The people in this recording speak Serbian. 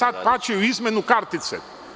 Sad plaćaju izmenu kartice.